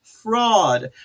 fraud